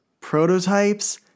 Prototypes